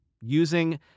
using